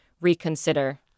reconsider